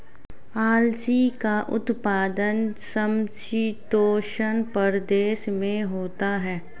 अलसी का उत्पादन समशीतोष्ण प्रदेश में होता है